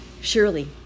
Surely